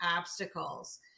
obstacles